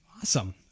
awesome